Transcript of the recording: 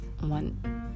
one